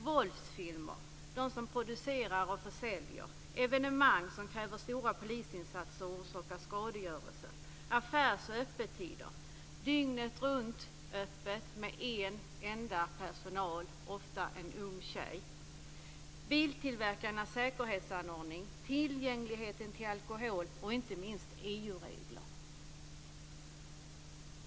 våldsfilmer och de som producerar och försäljer dem, evenemang som kräver stora polisinsatser och orsakar skadegörelse, affärernas öppettider - t.ex. dygnet-runt-öppet med en enda personal, ofta en ung tjej - biltillverkarnas säkerhetsanordningar, tillgängligheten till alkohol och inte minst EU-regler.